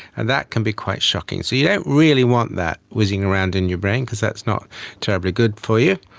and that can be quite shocking. so you don't really want that whizzing around in your brain because that's not terribly good for you.